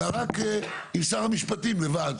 אלא רק עם שר המשפטים לבד,